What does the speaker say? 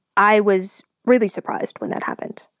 i was really surprised when that happened.